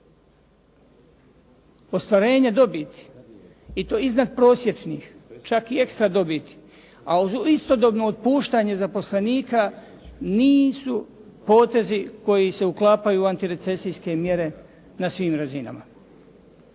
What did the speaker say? Ostvarenje dobiti i to natprosječnih čak i ekstra dobiti, a istodobno otpuštanje zaposlenika nisu potezi koji se uklapaju u antirecesijske mjere na svim razinama.